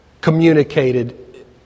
communicated